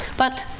but